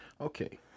Okay